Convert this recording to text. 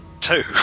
Two